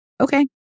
Okay